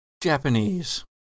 Japanese